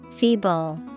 Feeble